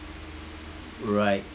right